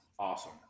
Awesome